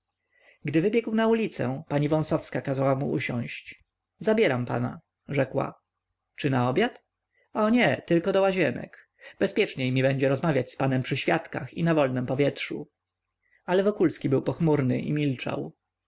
gdy wybiegł na ulicę pani wąsowska kazała mu usiąść zabieram pana rzekła czy na obiad o nie tylko do łazienek bezpieczniej mi będzie rozmawiać z panem przy świadkach i na wolnem powietrzu ale wokulski był pochmurny i milczał